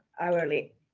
hourly